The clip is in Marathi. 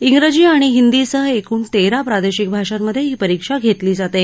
इंग्रजी आणि हिंदीसह एकूण तेरा प्रादेशिक भाषांमधे ही परीक्षा घेतली जाते